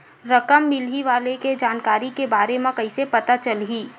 रकम मिलही वाले के जानकारी के बारे मा कइसे पता चलही?